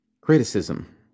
criticism